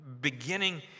beginning